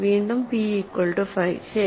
വീണ്ടും P equal to 5 ശരി